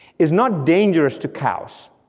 is not dangerous to cows,